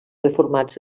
reformats